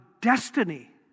destiny